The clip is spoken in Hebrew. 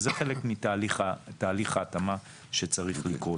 וזה חלק מתהליך ההתאמה שצריך לקרות.